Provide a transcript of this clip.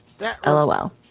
LOL